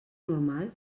normal